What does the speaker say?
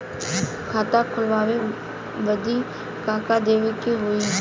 खाता खोलावे बदी का का देवे के होइ?